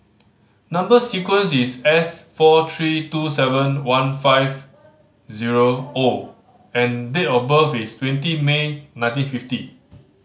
number sequence is S four three two seven one five zero O and date of birth is twenty May nineteen fifty